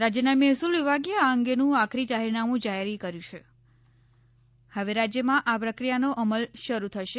રાજ્યના મહેસૂલ વિભાગે આ અંગેનું આખરી જાહેરનામું જારી કર્યુ છે હવે રાજ્યમાં આ પ્રક્રિયાનો અમલ શરૂ થશે